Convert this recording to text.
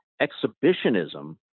exhibitionism